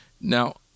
Now